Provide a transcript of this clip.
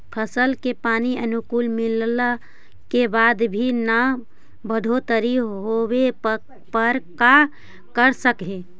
फसल के पानी अनुकुल मिलला के बाद भी न बढ़ोतरी होवे पर का कर सक हिय?